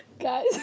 Guys